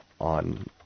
on